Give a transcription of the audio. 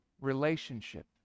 relationship